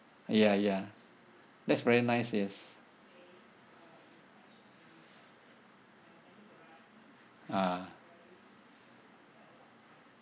ya ya that's very nice yes ah